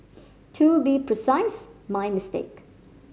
to be precise my mistake